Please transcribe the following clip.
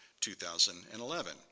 2011